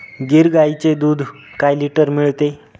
गीर गाईचे दूध काय लिटर मिळते?